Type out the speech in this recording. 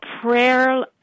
prayer